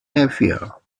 happier